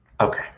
Okay